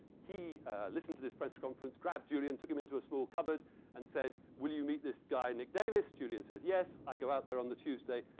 he listened to this press conference, grabbed julian, took him into a small cupboard and said, will you meet this guy nick davies. julian says, yes. i go out there on the tuesday.